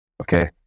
okay